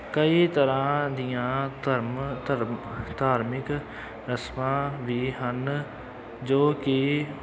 ਕਈ ਤਰ੍ਹਾਂ ਦੀਆਂ ਧਰਮ ਧਰਮ ਧਾਰਮਿਕ ਰਸਮਾਂ ਵੀ ਹਨ ਜੋ ਕਿ